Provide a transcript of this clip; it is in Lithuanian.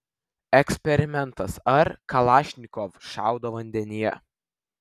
eksperimentas ar kalašnikov šaudo vandenyje